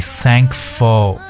thankful